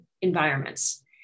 environments